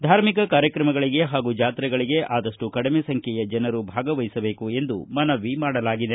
ಧಾರ್ಮಿಕ ಕಾರ್ಯಕ್ರಮಗಳಿಗೆ ಹಾಗೂ ಜಾತ್ರೆಗಳಿಗೆ ಅದಷ್ಟು ಕಡಿಮೆ ಸಂಖ್ಯೆಯ ಜನರು ಭಾಗವಹಿಸಬೇಕು ಎಂದು ಮನವಿ ಮಾಡಲಾಗಿದೆ